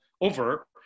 over